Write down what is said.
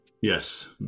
yes